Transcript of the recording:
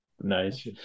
nice